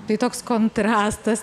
tai toks kontrastas